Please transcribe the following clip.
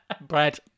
Bread